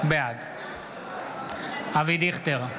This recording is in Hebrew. בעד אבי דיכטר,